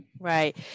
right